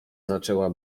zaczęła